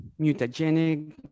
mutagenic